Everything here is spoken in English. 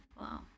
Wow